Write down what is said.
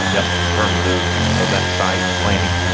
yup. in terms of of that site planning?